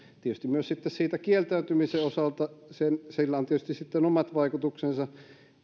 tietysti myös sitten siitä kieltäytymisen osalta sillä on tietysti sitten omat vaikutuksensa